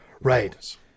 Right